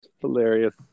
Hilarious